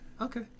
okay